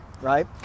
right